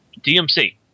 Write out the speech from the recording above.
DMC